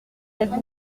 êtes